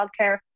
childcare